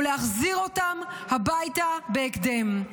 ולהחזיר אותם הביתה בהקדם.